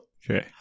okay